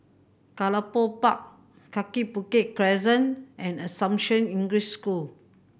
Gallop Park Kaki Bukit Crescent and Assumption English School